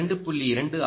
அது 2